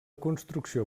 construcció